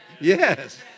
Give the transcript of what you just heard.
Yes